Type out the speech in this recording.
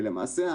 ולמעשה,